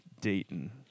Dayton